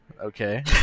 Okay